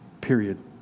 Period